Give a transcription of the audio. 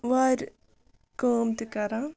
وارِ کٲم تہِ کَران